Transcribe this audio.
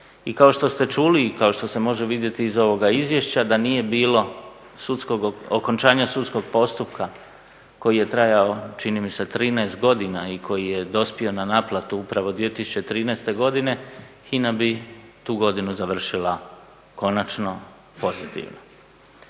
I kao što ste čuli i kao što se može vidjeti iz ovoga izvješća da nije bilo okončanja sudskog postupka koji je trajao čini mi se 13 godina i koji je dospio na naplatu upravo 2013. godine HINA bi tu godinu završila konačno pozitivno.